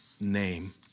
name